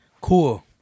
Cool